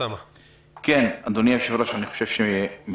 אדוני היושב-ראש, אני